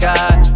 God